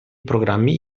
programmi